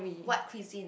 what cuisine